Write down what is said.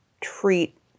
treat